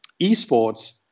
eSports